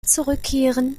zurückkehren